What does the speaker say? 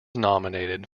nominated